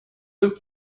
upp